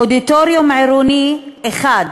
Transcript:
אודיטוריום עירוני, אחד,